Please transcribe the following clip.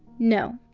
no.